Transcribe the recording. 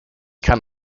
kann